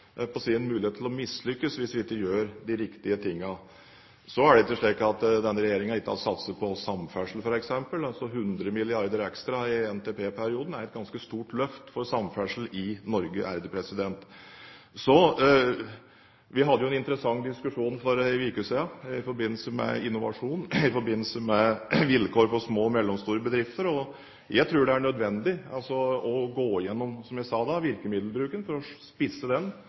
på å si – en mulighet til å mislykkes hvis vi ikke gjør de riktige tingene. Så er det ikke slik at denne regjeringen ikke har satset på samferdsel, f.eks. 100 mrd. kr ekstra i NTP-perioden er et ganske stort løft for samferdsel i Norge. Vi hadde en interessant diskusjon for en uke siden i forbindelse med innovasjon, i forbindelse med vilkår for små og mellomstore bedrifter. Jeg tror det er nødvendig å gå igjennom, som jeg sa da, virkemiddelbruken – for å spisse den,